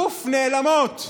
פוף, נעלמות.